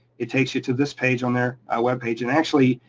it takes you to this page on their ah web page, and actually,